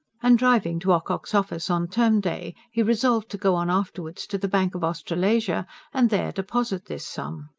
and driving to ocock's office, on term day, he resolved to go on afterwards to the bank of australasia and there deposit this sum.